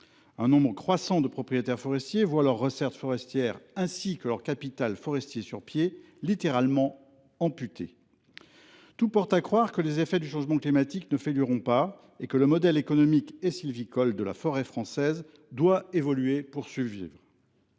Un nombre croissant de propriétaires forestiers voient leurs recettes forestières ainsi que leur capital forestier sur pied littéralement amputés. Tout porte à croire que les effets du changement climatique ne faibliront pas et que le modèle économique de la forêt française doit évoluer pour survivre